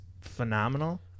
phenomenal